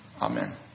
amen